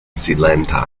silentan